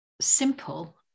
simple